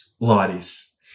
Ladies